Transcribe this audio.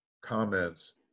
comments